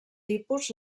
tipus